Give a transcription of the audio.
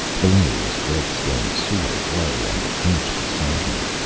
valeria's red-stained sword lay on the couch beside her.